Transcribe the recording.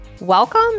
Welcome